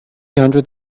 hundred